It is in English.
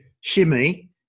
shimmy